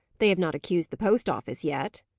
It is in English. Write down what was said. they have not accused the post-office yet.